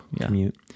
commute